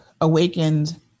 awakened